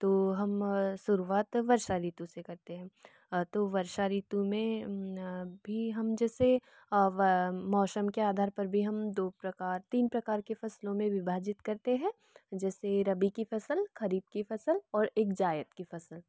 तो हम शुरुवात वर्षा ऋतु से करते है तो वर्षा ऋतु में भी हम जैसे अब मौसम के आधार पर भी हम दो प्रकार तीन प्रकार के फसलों में विभाजित करते हैं जैसे रबी की फसल खरीफ की फसल और एक जायद कि फसल